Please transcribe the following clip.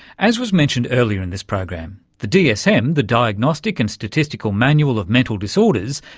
as was mentioned earlier in this program, the dsm, the diagnostic and statistical manual of mental disorders,